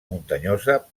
muntanyosa